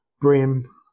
brim